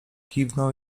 kiwnął